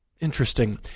interesting